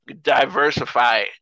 diversify